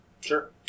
Sure